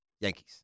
Yankees